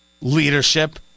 leadership